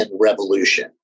revolution